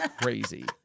crazy